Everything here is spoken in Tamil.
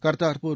கர்தார்பூர்